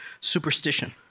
superstition